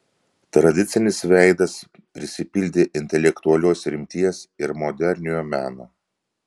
tradicinis veidas prisipildė intelektualios rimties ir moderniojo meno